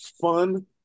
fun